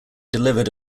delivered